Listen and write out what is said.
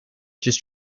just